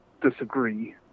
Disagree